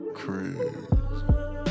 crazy